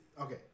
Okay